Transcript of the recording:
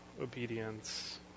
obedience